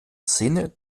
szene